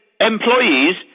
employees